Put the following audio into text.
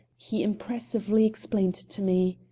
he impressively explained to me.